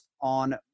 on